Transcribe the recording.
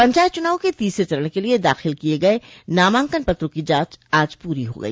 पंचायत चुनाव के तीसरे चरण के लिये दाखिल किये गये नामांकन पत्रों की जांच आज पूरी हो गई